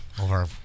over